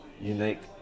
unique